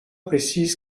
précise